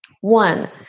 One